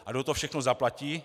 A kdo to všechno zaplatí?